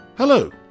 Hello